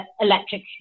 electric